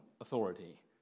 authority